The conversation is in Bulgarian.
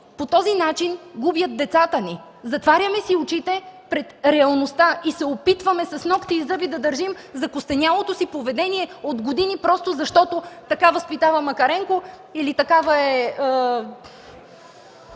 по този начин губят децата ни! Затваряме си очите пред реалността и се опитваме с нокти и зъби да държим закостенялото си от години поведение, просто защото така е възпитавал Макаренко или такова е